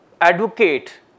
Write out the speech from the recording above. advocate